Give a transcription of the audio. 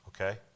Okay